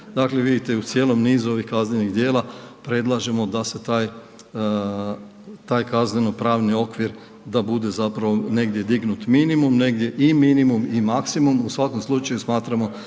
Dakle, vidite u cijelom nizu ovih kaznenih djela, predlažemo da se taj kazneno-pravni okvir, da bude zapravo negdje dignut minimum, negdje i minimum i maksimum, u svako slučaju smatramo